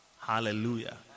Hallelujah